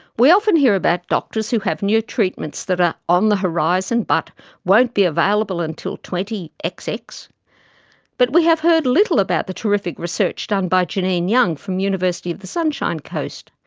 we often hear about doctors who have new treatments that are on the horizon but won't be available until twenty xx. but we have heard little about the terrific research done by jeanine young from university of the sunshine coast.